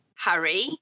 Harry